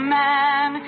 man